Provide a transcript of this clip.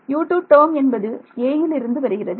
U2 term என்பது Aயில் இருந்து வருகிறது